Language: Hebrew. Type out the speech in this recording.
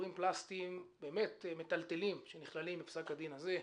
תיאורים פלסטיים באמת מטלטלים שנכללים בפסק הדין הזה,